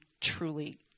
truly